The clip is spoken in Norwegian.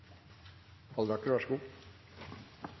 – vær så god.